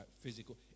physical